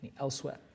elsewhere